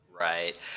Right